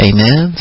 Amen